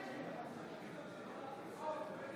אינו